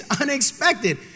unexpected